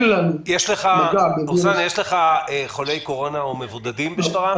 יש חולי קורונה או מבודדים בשפרעם?